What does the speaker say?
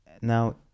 Now